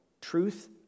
truth